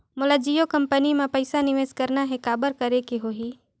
मोला जियो कंपनी मां पइसा निवेश करना हे, काबर करेके होही?